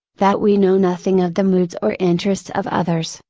that we know nothing of the moods or interests of others,